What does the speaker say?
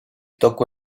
toco